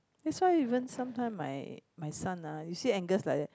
that's why even sometimes my my son ah you see Angus like that